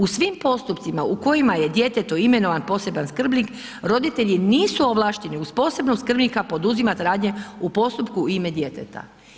U svim postupcima u kojima je djetetu imenovan poseban skrbnih roditelji nisu ovlašteni uz posebnog skrbnika poduzimat radne u postupku u ime djeteta.